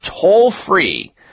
toll-free